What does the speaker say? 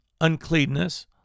uncleanness